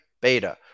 Beta